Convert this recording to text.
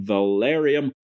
Valerium